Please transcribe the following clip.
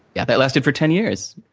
yeah, that lasted for ten years.